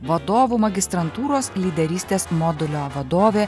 vadovų magistrantūros lyderystės modulio vadovė